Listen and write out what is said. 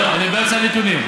טוב, אני באמצע הנתונים: